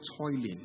toiling